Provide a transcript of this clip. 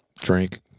drink